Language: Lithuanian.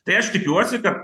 tai aš tikiuosi kad